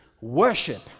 worship